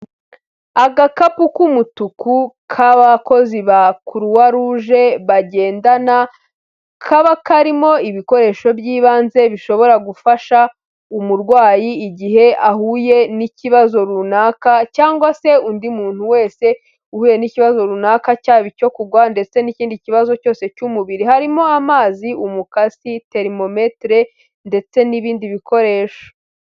Agakapu k'umutuku k'abakozi ba croix rouge bagendana kaba karimo ibikoresho by'ibanze bishobora gufasha umurwayi igihe ahuye n'ikibazo runaka cyangwa se undi muntu wese uhuye n'ikibazo runaka cyaba icyo kugwa ndetse n'ikindi kibazo cyose cy'umubiri, harimo amazi umukasi terimometere ndetse n'ibindi bikoresho.